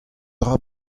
dra